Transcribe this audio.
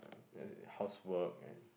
housework and